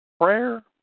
prayer